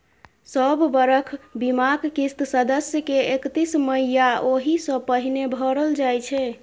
सब बरख बीमाक किस्त सदस्य के एकतीस मइ या ओहि सँ पहिने भरल जाइ छै